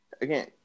Again